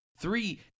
three